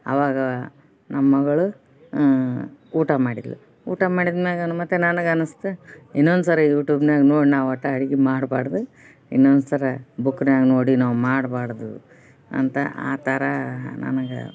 ಅವಾಗ ನಮ್ಮ ಮಗಳು ಊಟ ಮಾಡಿದ್ಳು ಊಟ ಮಾಡಿದ ಮ್ಯಾಗೆನ ಮತ್ತೆ ನನಗೆ ಅನಸ್ತು ಇನ್ನೊಂದು ಸಾರಿ ಯುಟ್ಯೂಬ್ನ್ಯಾಗ ನೋಡಿ ನಾವು ಒಟ್ಟು ಅಡಿಗೆ ಮಾಡಬಾರ್ದು ಇನ್ನೊಂದು ಸರಿ ಬುಕ್ನ್ಯಾಗ ನೋಡಿ ನಾವು ಮಾಡ್ಬಾರ್ದು ಅಂತ ಆ ಥರ ನನಗೆ